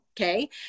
Okay